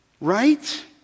Right